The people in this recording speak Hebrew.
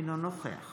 אינו נוכח